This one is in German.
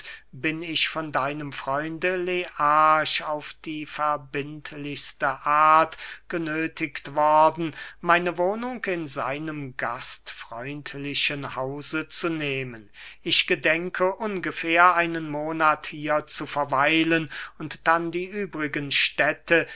bin ich von deinem freunde learch auf die verbindlichste art genöthiget worden meine wohnung in seinem gastfreundlichen hause zu nehmen ich gedenke ungefähr einen monat hier zu verweilen und dann die übrigen städte